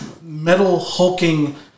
metal-hulking